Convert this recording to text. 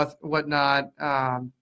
whatnot